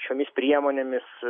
šiomis priemonėmis